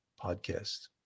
podcast